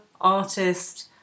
artist